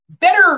better